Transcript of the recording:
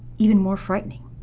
even more frightening,